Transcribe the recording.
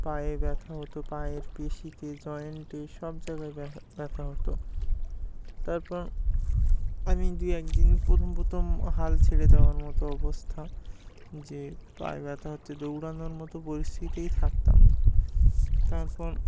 পায়ে ব্যথা হতো পায়ের পেশিতে জয়েন্টে সব জায়গায়া ব্যথা হতো তারপর আমি দুই একদিন প্রথম প্রথম হাল ছেড়ে দেওয়ার মতো অবস্থা যে পায়ে ব্যথা হচ্ছে দৌড়ানোর মতো পরিস্থিতিতেই থাকতাম না তারপর